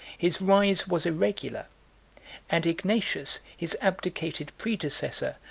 his rise was irregular and ignatius, his abdicated predecessor,